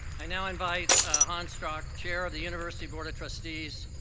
i now invite hans strauch, chair of the university board of trustees,